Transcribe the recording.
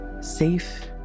safe